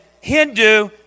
Hindu